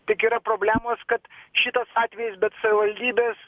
tik yra problemos kad šitas atvejis bet savivaldybės